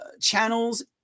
channels